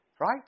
Right